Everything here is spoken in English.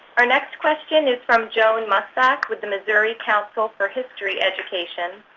our next question is from joan musbach with the missouri council for history education.